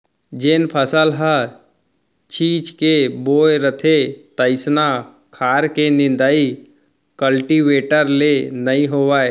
जेन फसल ल छीच के बोए रथें तइसना खार के निंदाइ कल्टीवेटर ले नइ होवय